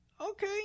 Okay